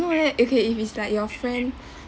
know leh okay if he's like your friend